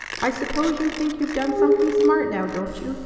i suppose you think you've done something smart now, don't you,